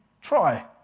Try